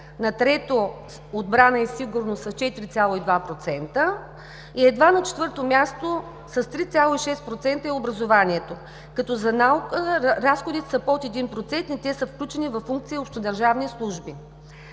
на трето – отбрана и сигурност с 4,2%, и едва на четвърто място е образованието – с 3,6%, като за наука разходите са под 1% и са включени във функция „Общодържавни служби“.